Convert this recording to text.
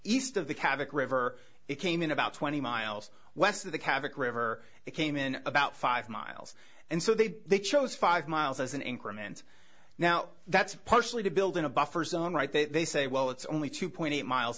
east of the cavite river it came in about twenty miles west of the catholic river it came in about five miles and so they they chose five miles as an increment now that's partially to build in a buffer zone right there they say well it's only two point eight miles